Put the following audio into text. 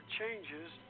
changes